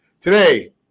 Today